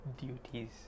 duties